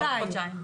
לא בעוד חודשיים.